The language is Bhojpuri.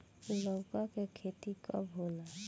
लौका के खेती कब होला?